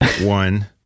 one